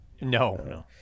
No